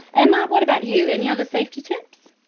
and what about you, any other safety tips?